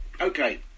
Okay